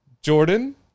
Jordan